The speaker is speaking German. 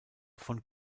von